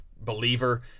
believer